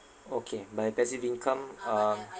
okay by passive income um